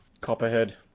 Copperhead